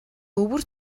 өвөр